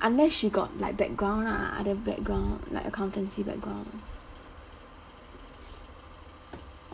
unless she got like background lah other background like accountancy backgrounds